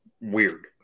weird